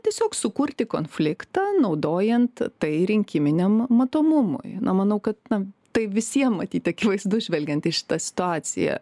tiesiog sukurti konfliktą naudojant tai rinkiminiam matomumui na manau kad na tai visiem matyt akivaizdu žvelgiant į šitą situaciją